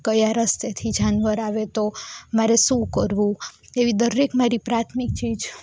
ક્યા રસ્તેથી જાનવર આવે તો મારે શું કરવું એવી મારી દરેક પ્રાથમિક ચીજ